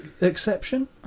exception